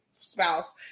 spouse